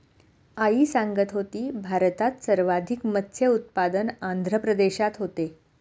आई सांगत होती, भारतात सर्वाधिक मत्स्य उत्पादन आंध्र प्रदेशात होते